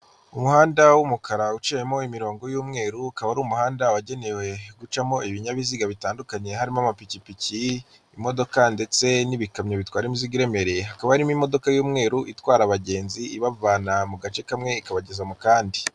Umuhanda w'umukara uciyemo imirongo y'umweru, ukaba ari umuhanda wagenewe gucamo ibinyabiziga bitandukanye, harimo amapikipiki imodoka ndetse n'ibikamyo bitwara imizigo iremereye, hakaba harimo imodoka y'umweru itwara abagenzi ibavana mu gace kamwe ikabageza mu kandi.